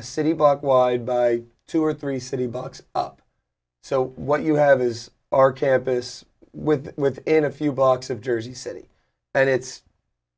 a city block wide by two or three city blocks up so what you have is our campus with within a few blocks of jersey city and it's